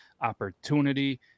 opportunity